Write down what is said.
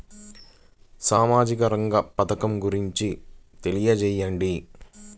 సామాజిక రంగ పథకం గురించి తెలియచేయండి?